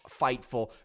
Fightful